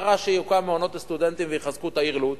מה רע שיוקמו מעונות לסטודנטים ויחזקו את העיר לוד?